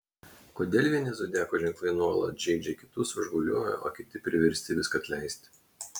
kodėl vieni zodiako ženklai nuolat žeidžia kitus užgaulioja o kiti priversti viską atleisti